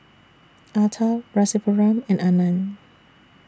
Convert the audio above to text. Atal Rasipuram and Anand